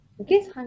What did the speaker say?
Okay